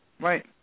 Right